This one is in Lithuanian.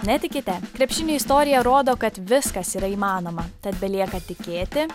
netikite krepšinio istorija rodo kad viskas yra įmanoma tad belieka tikėti